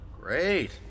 Great